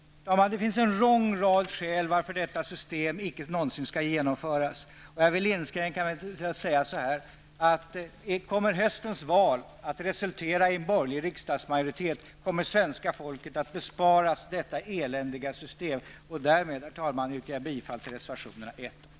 Det finns en lång rad skäl till att detta system inte någonsin skall genomföras. Jag inskränker mig till att säga om höstens val kommer att resultera i en borgerlig riksdagsmajoritet, kommer svenska folket att besparas detta eländiga system. Herr talman! Därmed yrkar jag bifall till reservationerna 1 och 12.